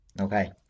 Okay